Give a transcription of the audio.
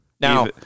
Now